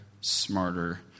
smarter